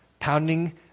Pounding